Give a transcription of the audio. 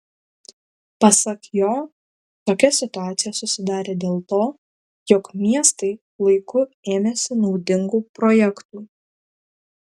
pasak jo tokia situacija susidarė dėl to jog miestai laiku ėmėsi naudingų projektų